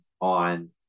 on